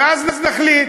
ואז נחליט,